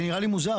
זה נראה לי מוזר.